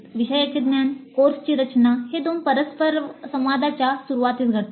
विषयाचे ज्ञान कोर्सची रचना हे दोन परस्परसंवादाच्या सुरूवातीस घडतात